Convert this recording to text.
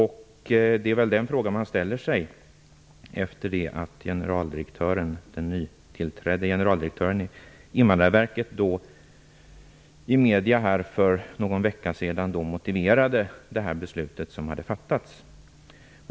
Det är väl den fråga man ställer sig efter det att den nytillträdde generaldirektören för Invandrarverket i medierna för någon vecka sedan motiverade det beslut som hade fattats.